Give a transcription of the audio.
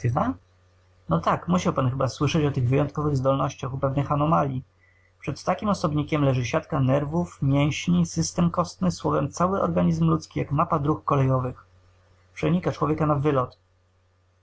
no tak musiał pan chyba słyszeć o tych wyjątkowych zdolnościach u pewnych anomalii przed takim osobnikiem leży siatka nerwów mięśni system kostny słowem cały organizm ludzki jak mapa dróg kolejowych przenika człowieka na wylot